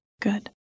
Good